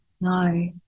No